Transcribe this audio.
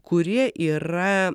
kurie yra